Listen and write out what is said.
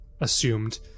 assumed